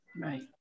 right